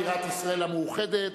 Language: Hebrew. בירת ישראל המאוחדת,